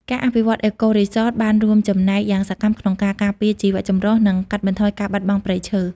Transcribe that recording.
ការអភិវឌ្ឍន៍ អេកូរីសត បានរួមចំណែកយ៉ាងសកម្មក្នុងការការពារជីវចម្រុះនិងកាត់បន្ថយការបាត់បង់ព្រៃឈើ។